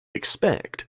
expect